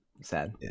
sad